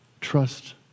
trust